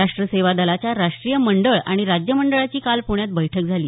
राष्ट्र सेवा दलाच्या राष्ट्रीय मंडळ आणि राज्य मंडळाची काल प्ण्यात बैठक झाली